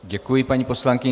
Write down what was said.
Děkuji paní poslankyni.